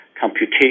computation